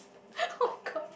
oh-my-god